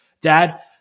Dad